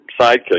sidekick